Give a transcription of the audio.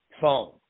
phone